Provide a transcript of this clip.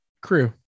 crew